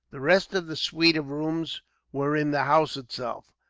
the rest of the suite of rooms were in the house itself,